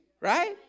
right